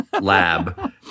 lab